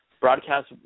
broadcast